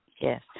Yes